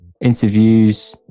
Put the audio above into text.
interviews